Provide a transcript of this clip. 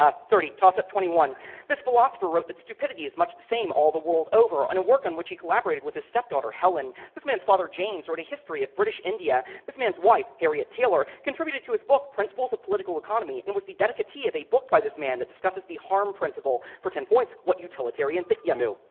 ah thirty tossup twenty one this philosopher wrote that stupidity is much same all the world over in ah and an work on which he collaborated with his stepdaughter helen. this man's father james wrote a history of british india. this man's wife, harriet taylor, contributed to his book principles of political economy and was the dedicatee of a book by this man that discusses the harm principle. for ten points what utilitarian yeah mill.